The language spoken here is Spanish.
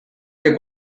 que